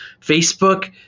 Facebook